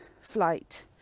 flight